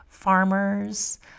Farmers